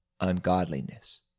ungodliness